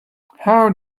how